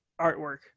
artwork